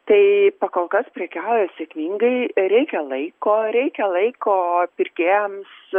tai pakol kas prekiauja sėkmingai reikia laiko reikia laiko pirkėjams